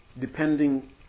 depending